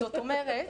זאת אומרת